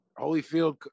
Holyfield